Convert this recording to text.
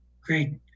Great